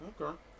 Okay